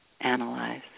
analyze